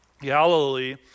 Galilee